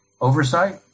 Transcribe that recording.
oversight